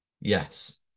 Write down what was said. Yes